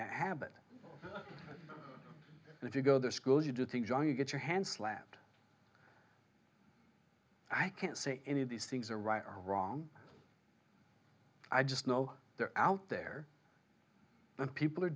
that habit and if you go the school you do things wrong you get your hands flat i can't say any of these things are right or wrong i just know they're out there and people are